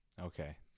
okay